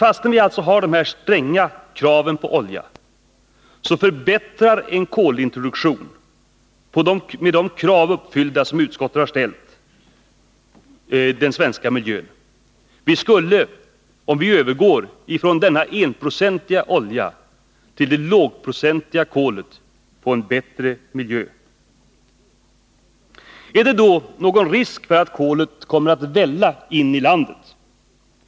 Fastän vi har de här stränga kraven på olja, så förbättrar en kolintroduktion — med de krav uppfyllda som utskottet ställt — den svenska miljön. Vi skulle, om vi övergår från denna 1-procentiga olja till det lågprocentiga kolet, få en bättre miljö. Är det då någon risk att kolet kommer att välla in i landet?